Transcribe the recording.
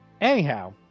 Anyhow